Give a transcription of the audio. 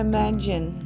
Imagine